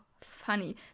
funny